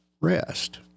rest